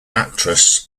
actress